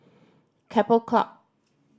Keppel Club